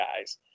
guys